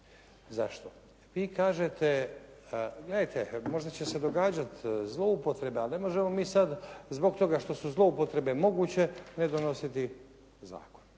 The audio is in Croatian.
Zašto? Vi kažete, gledajte možda će se događati zloupotrebe ali ne možemo mi sada zbog toga što su zloupotrebe moguće ne donositi zakon.